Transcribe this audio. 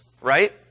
right